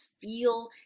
feel